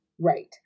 Right